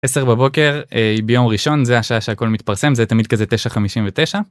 10 בבוקר ביום ראשון זה השעה שהכל מתפרסם זה תמיד כזה 9:59.